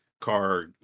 car